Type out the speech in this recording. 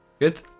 Good